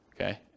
okay